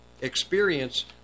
experience